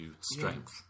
strength